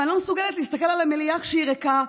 ואני לא מסוגלת להסתכל על המליאה כשהיא ריקה,